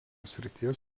srities